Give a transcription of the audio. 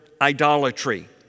idolatry